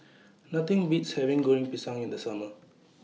Nothing Beats having Goreng Pisang in The Summer